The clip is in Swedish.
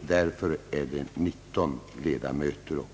Detta är skälen till att det finns 19 ledamöter och